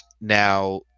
Now